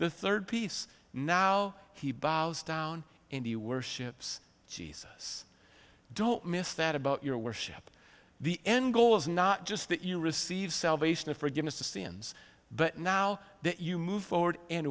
the third piece now he bows down in the worship's jesus don't miss that about your worship the end goal is not just that you receive salvation a forgiveness of sins but now that you move forward and